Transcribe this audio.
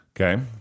Okay